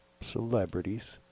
Celebrities